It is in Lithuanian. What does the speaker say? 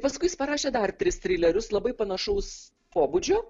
paskui jis parašė dar tris trilerius labai panašaus pobūdžio